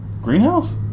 Greenhouse